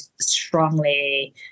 strongly